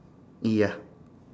ya